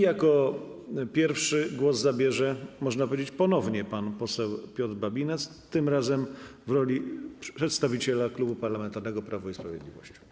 Jako pierwszy głos zabierze, można powiedzieć ponownie, pan poseł Piotr Babinetz tym razem w roli przedstawiciela Klubu Parlamentarnego Prawo i Sprawiedliwość.